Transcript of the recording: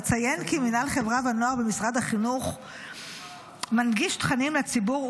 אציין כי מינהל חברה ונוער במשרד החינוך מנגיש תכנים לציבור,